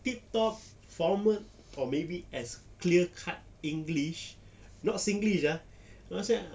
tiptop formal or maybe as clear cut english not singlish ah no sia